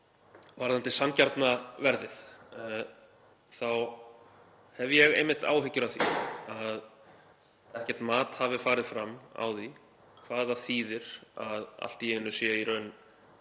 Varðandi sanngjarna verðið þá hef ég einmitt áhyggjur af því að ekkert mat hafi farið fram á því hvað það þýðir að allt í einu sé í raun